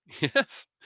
Yes